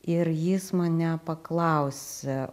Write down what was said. ir jis mane paklausė